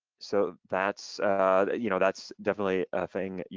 so that's you know that's definitely a thing.